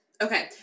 okay